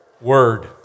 Word